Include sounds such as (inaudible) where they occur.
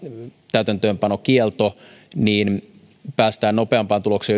täytäntöönpanokielto päästään nopeampaan tulokseen (unintelligible)